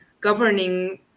governing